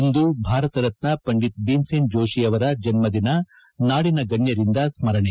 ಇಂದು ಭಾರತ ರತ್ನ ಪಂಡಿತ್ ಭೀಮಸೇನ್ ಜೋಷಿ ಅವರ ಜನ್ನದಿನ ನಾಡಿನ ಗಣ್ಣರಿಂದ ಸ್ಪರಣೆ